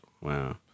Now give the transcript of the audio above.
wow